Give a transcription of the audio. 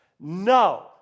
No